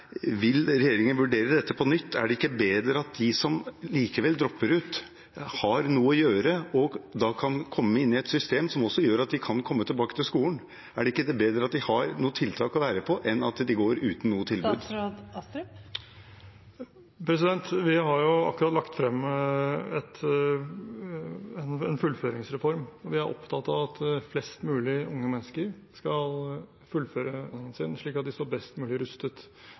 Vil regjeringen vurdere dette på nytt? Er det ikke bedre at de som likevel dropper ut, har noe å gjøre og kan komme inn i et system som også gjør at de kan komme tilbake til skolen? Er det ikke bedre at de har et tiltak å være på enn at de går uten noe tilbud? Vi har akkurat lagt frem en fullføringsreform. Vi er opptatt av at flest mulig unge mennesker skal fullføre utdanningen sin, slik at de står best mulig rustet